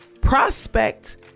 Prospect